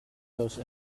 those